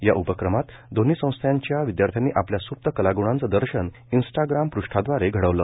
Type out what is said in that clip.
या उपक्रमात दोन्ही संस्थेच्या विद्यार्थ्यांनी आपल्या स्प्त कलाग्णांचं दर्शन इन्स्टाग्राम पृष्ठाद्वारे घडवलं